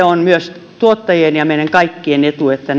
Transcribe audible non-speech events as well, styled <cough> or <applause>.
<unintelligible> on myös tuottajien ja meidän kaikkien etu että <unintelligible>